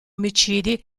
omicidi